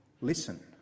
listen